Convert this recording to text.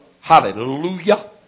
Hallelujah